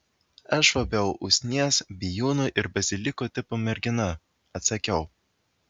aš labiau usnies bijūno ir baziliko tipo mergina atsakiau